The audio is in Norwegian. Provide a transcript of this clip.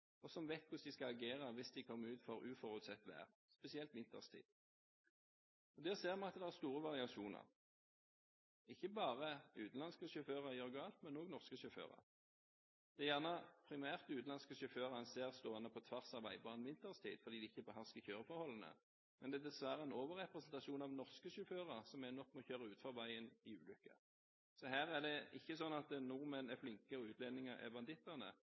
og som vet hvordan de skal agere hvis de kommer ut for uforutsett vær – spesielt vinterstid. Der ser vi at det er store variasjoner. Det er ikke bare utenlandske sjåfører som gjør galt, men også norske sjåfører. Det er primært utenlandske sjåfører man ser stå på tvers av veibanen vinterstid, fordi de ikke behersker kjøreforholdene, men det er dessverre en overrepresentasjon av norske sjåfører som ender opp med å kjøre utenfor veien i ulykker. Her er det ikke slik at nordmenn er flinke, og utlendinger er bandittene.